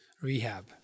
rehab